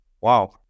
Wow